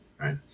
right